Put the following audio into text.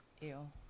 Ew